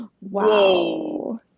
Wow